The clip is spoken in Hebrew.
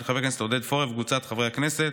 של חבר הכנסת עודד פורר וקבוצת חברי הכנסת.